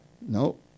No